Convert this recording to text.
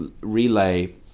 relay